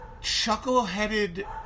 chuckle-headed